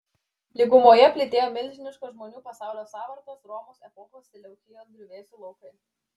lygumoje plytėjo milžiniškos žmonių pasaulio sąvartos romos epochos seleukijos griuvėsių laukai